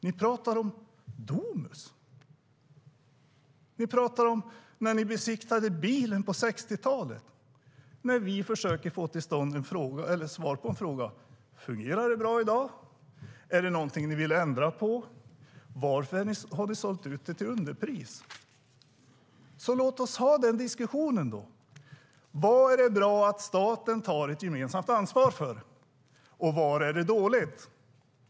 Ni pratar om Domus och om när ni besiktigade bilen på 60-talet när vi försöker få svar på frågan om det fungerar bra i dag, om det är någonting ni vill ändra på, varför ni sålt ut till underpris. Låt oss ta den diskussionen! När är det bra att staten tar ett gemensamt ansvar, och när är det dåligt?